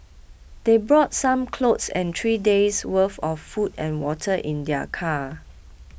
they brought some clothes and three days worth of food and water in their car